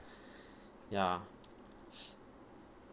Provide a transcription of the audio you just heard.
ya